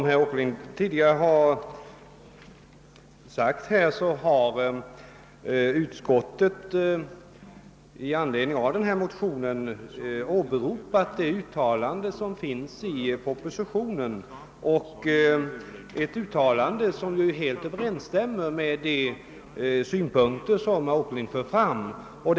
Herr talman! Som herr Åkerlind framhöll har utskottet i anledning av den väckta motionen hänvisat till departementschefens uttalande i propositionen, vilket helt överensstämmer med de synpunkter som herr Åkerlind anfört.